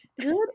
Good